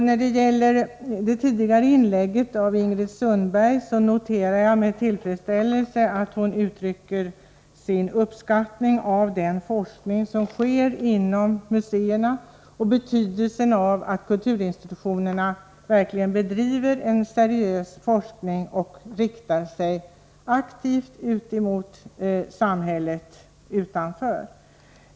När det gäller Ingrid Sundbergs inlägg noterar jag med tillfredsställelse att hon uttrycker sin uppskattning av den forskning som sker inom museerna och att hon understryker betydelsen av att kulturinstitutionerna verkligen bedriver en seriös forskning och aktivt riktar sig ut mot samhället.